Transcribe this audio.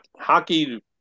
hockey